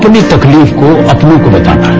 अपनी तकलीफ को अपनों को बताना है